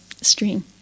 stream